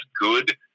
good